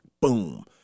Boom